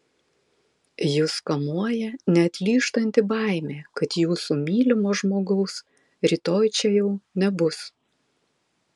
jus kamuoja neatlyžtanti baimė kad jūsų mylimo žmogaus rytoj čia jau nebus